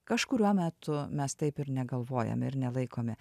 kažkuriuo metu mes taip ir negalvojame ir nelaikome